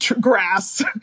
grass